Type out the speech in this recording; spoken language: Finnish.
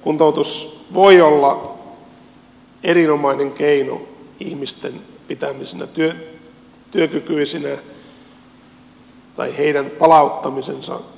kuntoutus voi olla erinomainen keino ihmisten pitämiseen työkykyisinä tai heidän